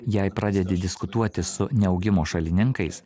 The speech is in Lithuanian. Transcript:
jei pradedi diskutuoti su neaugimo šalininkais